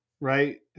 right